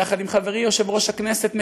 יחד עם חברי יושב-ראש הכנסת,